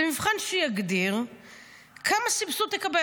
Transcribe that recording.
זה מבחן שיגדיר כמה סבסוד תקבל.